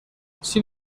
sin